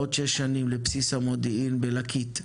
בעוד 6 שנים לבסיס המודיעין בליקית,